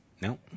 No